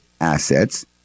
assets